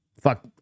Fuck